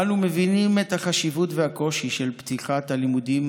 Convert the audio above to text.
אנו מבינים את החשיבות והקושי של פתיחת הלימודים